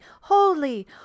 holy